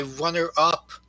runner-up